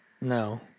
No